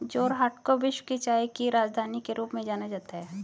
जोरहाट को विश्व की चाय की राजधानी के रूप में जाना जाता है